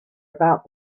about